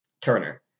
Turner